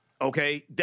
Okay